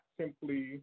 simply